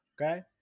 Okay